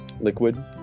liquid